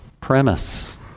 premise